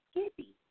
skippy